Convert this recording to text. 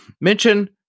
Mention